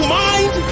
mind